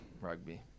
Rugby